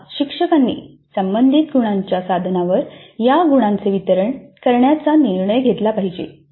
आता शिक्षकांनी संबंधित गुणांच्या साधनांवर या गुणांचे वितरण करण्याचा निर्णय घेतला पाहिजे